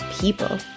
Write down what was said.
people